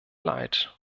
leid